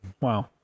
wow